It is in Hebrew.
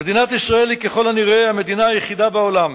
מדינת ישראל היא ככל הנראה המדינה היחידה בעולם